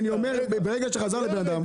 כי אני אומר ברגע שחזר לבן אדם.